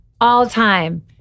all-time